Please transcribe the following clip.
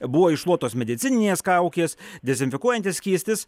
buvo iššluotos medicininės kaukės dezinfekuojantis skystis